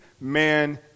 man